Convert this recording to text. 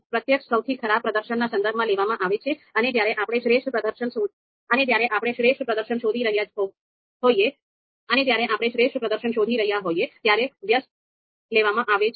પ્રત્યક્ષ સૌથી ખરાબ પ્રદર્શનના સંદર્ભમાં લેવામાં આવે છે અને જ્યારે આપણે શ્રેષ્ઠ પ્રદર્શન શોધી રહ્યા હોઈએ ત્યારે વ્યસ્ત લેવામાં આવે છે